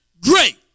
great